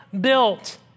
built